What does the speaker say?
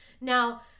Now